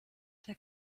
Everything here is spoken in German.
der